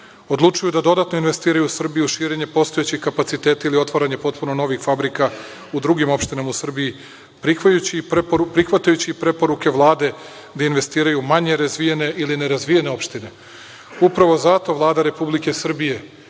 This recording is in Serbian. Odlučuju da dodatno investiraju u Srbiju, širenjem postojećih kapaciteta ili otvaranjem potpuno novih fabrika u drugim opštinama u Srbiji, prihvatajući preporuke Vlade da investiraju u manje razvijene ili nerazvijene opštine. Upravo zato Vlada Republike Srbije